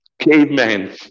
Cavemen